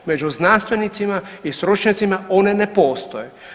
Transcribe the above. Među znanstvenicima i stručnjacima one ne postoje.